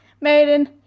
maiden